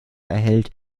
erhält